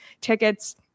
tickets